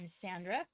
Sandra